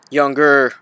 younger